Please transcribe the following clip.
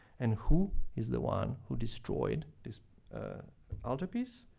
and who is the one who destroyed this altarpiece?